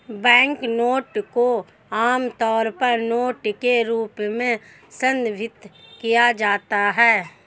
banknote को आमतौर पर नोट के रूप में संदर्भित किया जाता है